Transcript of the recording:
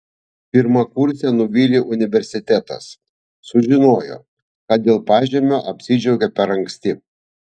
pirmakursę nuvylė universitetas sužinojo kad dėl pažymio apsidžiaugė per anksti